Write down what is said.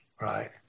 right